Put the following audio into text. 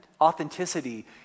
authenticity